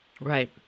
Right